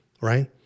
right